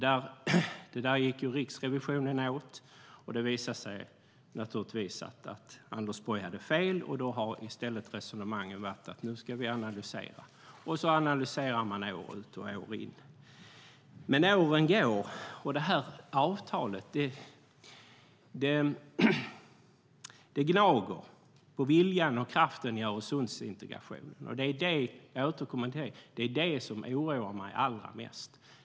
Det gick Riksrevisionen emot, och det visade sig naturligtvis att Anders Borg hade fel. I stället har resonemangen varit att nu ska vi analysera, och så analyserar man år ut och år in. Men åren går, och det här avtalat gnager på viljan och kraften i Öresundsintegrationen. Det är det som oroar mig allra mest.